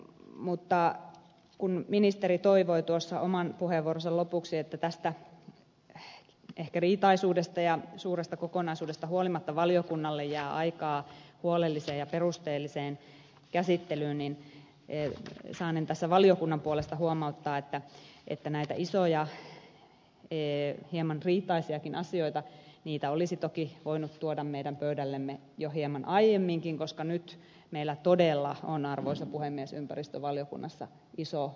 mutta kun ministeri toivoi tuossa oman puheenvuoronsa lopuksi että tästä mahdollisesta riitaisuudesta ja suuresta kokonaisuudesta huolimatta valiokunnalle jää aikaa huolelliseen ja perusteelliseen käsittelyyn niin saanen tässä valiokunnan puolesta huomauttaa että näitä isoja hieman riitaisiakin asioita olisi toki voinut tuoda meidän pöydällemme jo hieman aiemminkin koska nyt meillä todella on arvoisa puhemies ympäristövaliokunnassa iso työruuhka päällä